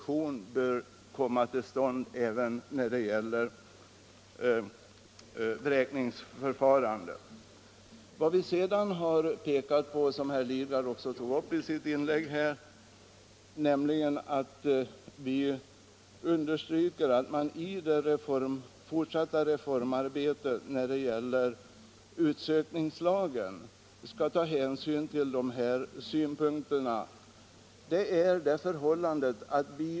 Vi har också pekat på det fortsatta reformarbetet med en ny utsökningsbalk, vilket herr Lidgard tog upp i sitt inlägg, och understrukit att man vid detta arbete bör ta hänsyn till dessa synpunkter.